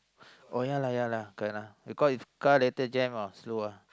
oh ya lah ya lah correct lah because if car later jam ah slow ah